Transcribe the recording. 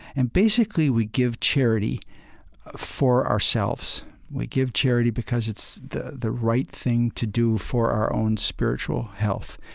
and basically we give charity for ourselves. we give charity because it's the the right thing to do for our own spiritual health.